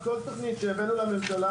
כל תוכנית שהבאנו לממשלה,